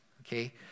Okay